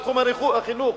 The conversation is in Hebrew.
בתחום החינוך,